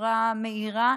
בצורה מהירה,